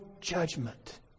judgment